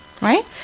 Right